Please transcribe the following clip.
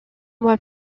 mois